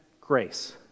grace